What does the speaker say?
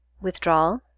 withdrawal